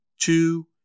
two